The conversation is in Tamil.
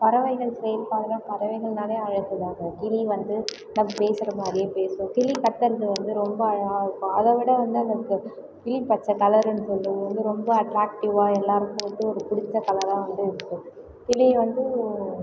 பறவைகள் செயல்பாடுகள் பறவைகள்ன்னாலே அழகு தாங்க கிளி வந்து நம்ப பேசுகிற மாதிரியே பேசும் கிளி கத்துறது வந்து ரொம்ப அழகாக இருக்கும் அதைவிட வந்து அதுக்கு கிளி பச்சை கலருன்னு சொல்லும்போது ரொம்ப அட்ராக்ட்டிவ்வாக எல்லார்க்கும் வந்து ஒரு பிடிச்ச கலராக வந்து இருக்கும் கிளி வந்து